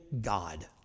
God